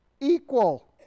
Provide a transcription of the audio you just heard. Equal